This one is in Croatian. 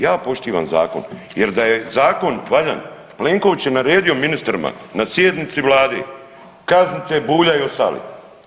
Ja poštivam zakon jer da je zakon valjan Plenković je naredio ministrima na sjednici vlade kaznite Bulja i ostale.